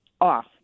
off